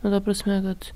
na ta prasme kad